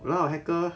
!walao! hacker